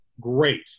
great